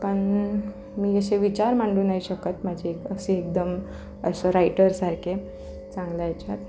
पन मी असे विचार मांडू नाही शकत माझी असे एकदम असं राईटरसारखे चांगल्या याच्यात